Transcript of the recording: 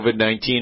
COVID-19